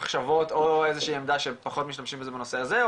מחשבות או איזושהי עמדה שפחות משתמשים בזה בנושא הזה?